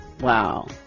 wow